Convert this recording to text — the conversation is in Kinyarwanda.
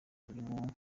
rurimo